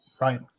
Right